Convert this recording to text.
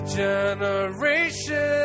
generation